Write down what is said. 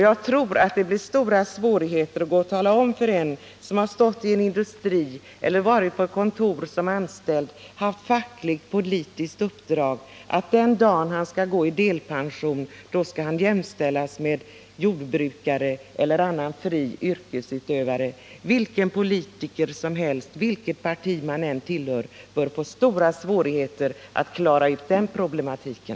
Jag tror att det skulle bli stora svårigheter att tala om för en person, som arbetat i en industri eller på ett kontor som anställd och haft fackligt eller politiskt uppdrag, att han den dag han går i delpension skall jämställas med jordbrukare eller annan fri yrkesutövare. Varje politiker, oavsett partitillhörighet, torde få stora svårigheter att klara ut den problematiken.